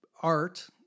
art